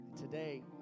Today